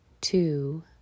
two